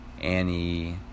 Annie